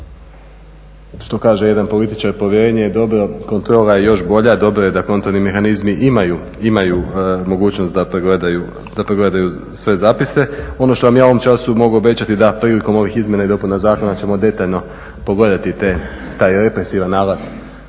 Što kaže jedan političar, povjerenje je dobro, kontrola je još bolja, dobro je da kontrolni mehanizmi imaju mogućnost da pregledaju sve zapise. Ono što vam ja u ovom času mogu obećati, da prilikom ovih izmjena i dopuna zakona ćemo detaljno pogledati taj represivan alat